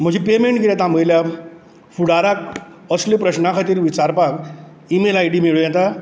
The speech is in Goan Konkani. म्हजी पेमँट कित्याक थांबयल्या फुडाराक असले प्रस्नां खातीर विचारपाक इमेल आय डी मेळूं येता